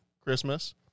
christmas